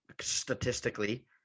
statistically